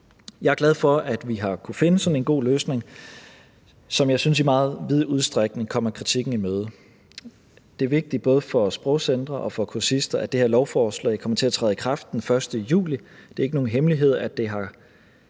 Jeg er glad for, at vi har kunnet finde sådan en god løsning, som jeg synes i meget vid udstrækning kommer kritikken i møde. Det er vigtigt både for sprogcentre og for kursister, at det her lovforslag kommer til at træde i kraft den 1. juli. Det er ikke nogen hemmelighed, at det har